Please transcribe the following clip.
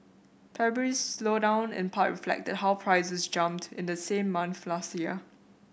February's slowdown in part reflected how prices jumped in the same month last year